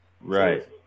Right